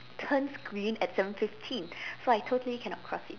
turns green at seven fifteen so I totally cannot cross it